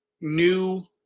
new